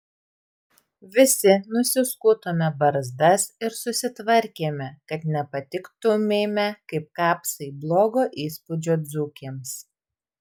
visi nusiskutome barzdas ir susitvarkėme kad nepatiktumėme kaip kapsai blogo įspūdžio dzūkėms